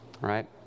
right